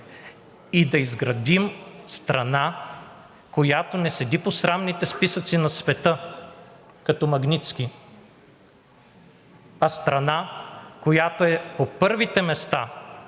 и да изградим страна, която не седи по срамните списъци на света, като „Магнитски“, а страна, която е на първите места